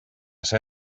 ser